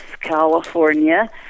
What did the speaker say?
California